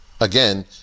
again